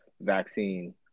vaccine